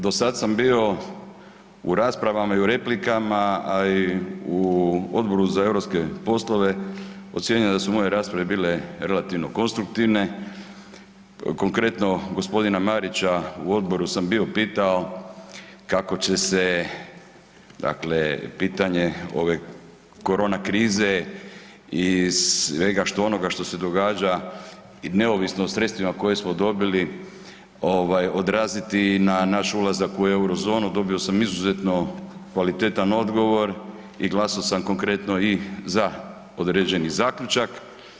Do sad sam bio u raspravama i u replikama, a i u Odboru za europske poslove, ocjenjujem su moje rasprave bile relativno konstruktivne, konkretno gospodina Marića u odboru sam bio pitao kako će se dakle pitanje ove korona krize i svega onoga što se događa neovisno o sredstvima koje smo dobili ovaj odraziti na naš ulazak u euro zonu, dobio sam izuzetno kvalitetan odgovor i glasao sam konkretno i za određeni zaključak.